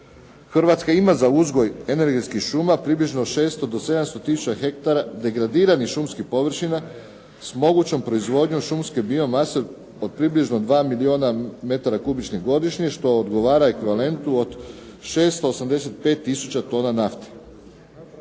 Hrvatska ima za uzgoj energetskih šuma približno 600 do 700 tisuća hektara degradiranih šumskih površina s mogućom proizvodnjom šumske biomase od približno dva milijuna metara kubičnih godišnjih, što odgovara ekvivalentu od 685 tisuća tona nafte.